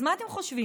אז מה אתם חושבים,